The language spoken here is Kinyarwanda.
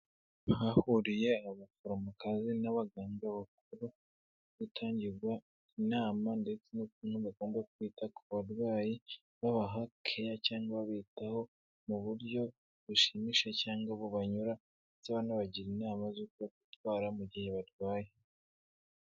Ahahuriye abaforomokazi n'abaganga bakuru, gutangirwa inama ndetse n'ukuntu bagomba kwita ku barwayi, b'abaha keya cyangwa babitaho mu buryo bushimishije cyangwa bubanyura, ndetse banabagira inama z'uko bitwara mu gihe barwaye.